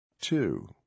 Two